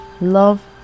love